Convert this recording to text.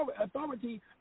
authority